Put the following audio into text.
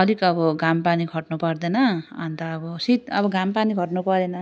अलिक अब घामपानी खट्नु पर्दैन अनि त अब सित अब घामपानी खट्नु परेन